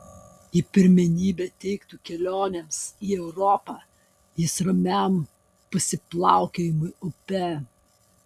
ji pirmenybę teiktų kelionėms į europą jis ramiam pasiplaukiojimui upe